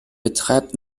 betreibt